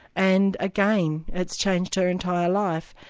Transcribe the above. and again, it's changed her entire life.